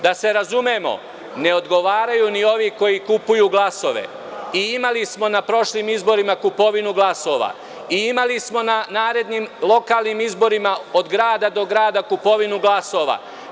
Da se razumemo, ne odgovaraju ni ovi koji kupuju glasove i imali smo na prošlim izborima kupovinu glasova i imali smo na narednim lokalnim izborima od grada do grada kupovinu glasova.